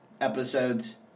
episodes